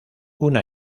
una